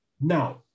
now